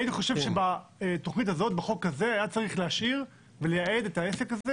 הייתי חושב שבחוק הזה היה צריך להשאיר ולייעד את העסק הזה